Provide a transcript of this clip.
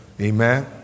amen